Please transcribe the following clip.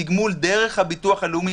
תגמול דרך הביטוח הלאומי.